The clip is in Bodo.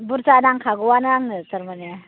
बुरजा नांखागौआनो आंनो तारमाने